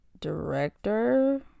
director